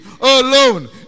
alone